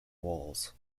walls